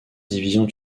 division